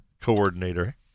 coordinator